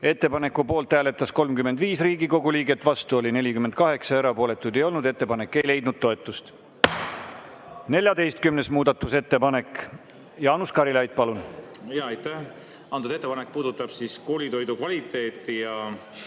Ettepaneku poolt hääletas 35 Riigikogu liiget, vastu oli 48, erapooletuid ei olnud. Ettepanek ei leidnud toetust. 14. muudatusettepanek. Jaanus Karilaid, palun! Aitäh! Antud ettepanek puudutab koolitoidu kvaliteeti ja